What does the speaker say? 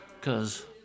cause